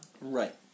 Right